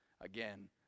again